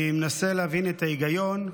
אני מנסה להבין את ההיגיון,